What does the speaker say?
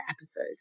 episode